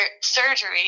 surgery